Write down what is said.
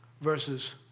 versus